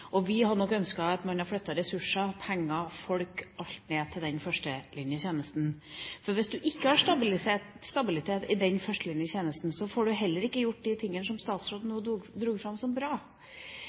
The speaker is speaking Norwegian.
Vi hadde nok ønsket at man hadde flyttet ressurser, penger, folk – alt – ned til førstelinjetjenesten. For hvis man ikke har stabilitet i førstelinjetjenesten, får man heller ikke gjort de tingene som statsråden nå dro fram som bra.